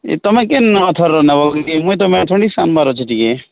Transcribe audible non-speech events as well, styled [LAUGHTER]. ତ କେନ [UNINTELLIGIBLE] ନେବ [UNINTELLIGIBLE] ମୁଇଁ ତ ମ୍ୟାଥମେଟିକ୍ସ ଆନବାର ଅଛି ଟିକେ